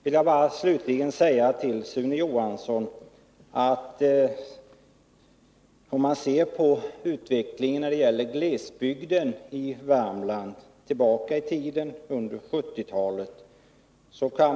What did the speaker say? Låt mig slutligen säga några ord till Sune Johansson beträffande utvecklingen i Värmlands glesbygd under 1970-talet.